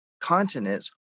continents